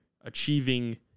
achieving